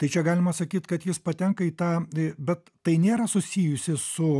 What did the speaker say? tai čia galima sakyt kad jis patenka į tą bet tai nėra susijusi su